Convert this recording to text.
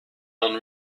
alan